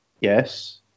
Yes